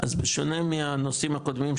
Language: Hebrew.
אז בשונה מהנושאים הקודמים,